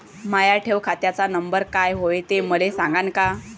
माया ठेव खात्याचा नंबर काय हाय हे मले सांगान का?